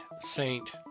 saint